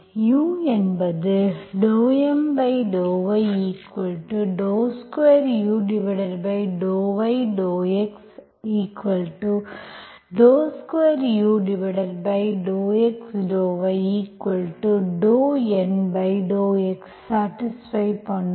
u என்பது ∂M∂y2u∂y ∂x2u∂x ∂y∂N∂x satisfy பண்ணும்